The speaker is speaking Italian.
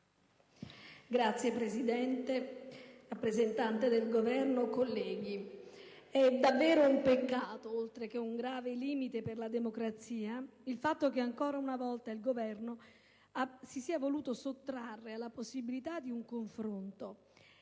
Signor Presidente, signor rappresentante del Governo, colleghi, è davvero un peccato, oltre che un grave limite per la democrazia, il fatto che, ancora una volta, il Governo si sia voluto sottrarre alla possibilità di un confronto